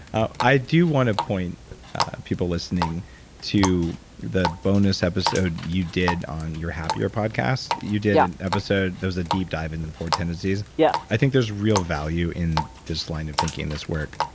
ah i do want to point people listening to the bonus episode you did on your happier podcast. you did an episode with those, a deep dive into the four tendencies. yeah i think there's real value in this line of thinking, this work,